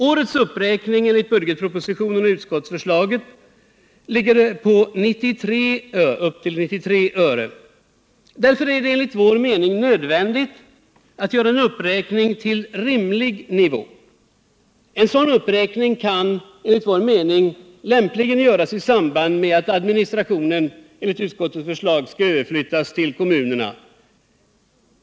Årets uppräkning enligt budgetpropositionen och utskottsförslaget ligger på upp till 93 öre. Därför är det enligt vår mening nödvändigt att göra en uppräkning till rimlig nivå. En sådan uppräkning kan lämpligen göras i samband med att administrationen enligt utskottets förslag skall överflyttas till kommunerna.